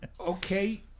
Okay